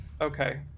Okay